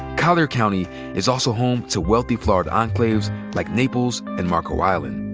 collier county is also home to wealthy florida enclaves, like naples and marco island.